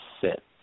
sit